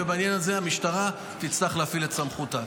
בעניין הזה המשטרה תצטרך להפעיל את סמכותה.